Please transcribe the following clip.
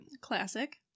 Classic